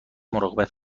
مراقبت